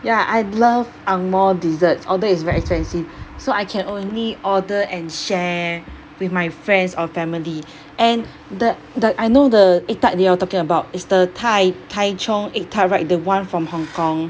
ya I love angmoh desserts although it's very expensive so I can only order and share with my friends or family and the the I know the egg tart that you're talking about it's the tai~ tai chung egg tart right the one from hong kong